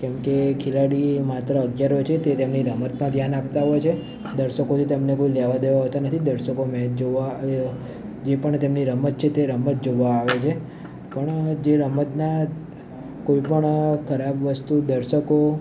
કેમકે ખેલાડી માત્ર અગિયાર હોય છે તે તેમની રમતમાં ધ્યાન આપતા હોય છે દર્શકોથી તમને કોઈ લેવા દેવા હોતો નથી દર્શકો મેચ જોવા જે પણ તેમની રમત છે તે રમત જોવા આવે છે પણ જે રમતના કોઈપણ ખરાબ વસ્તુ દર્શકો